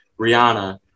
Rihanna